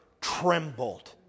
trembled